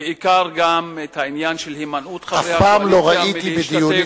בעיקר גם העניין של הימנעות חברי הקואליציה מהשתתפות,